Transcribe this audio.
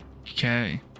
Okay